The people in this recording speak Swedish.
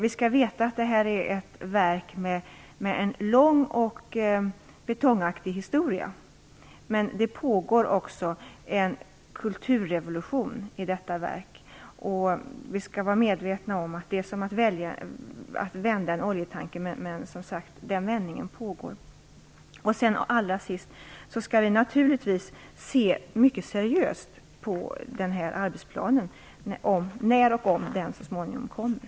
Vi skall veta att detta är ett verk med en lång och betongaktig historia. Men det pågår också en kulturrevolution inom detta verk. Vi skall vara medvetna om att det är som att vända en oljetanker, men, som sagt, den vändningen pågår. Vi skall naturligtvis se mycket seriöst på arbetsplanen, när och om den så småningom kommer.